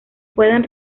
pueden